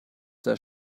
der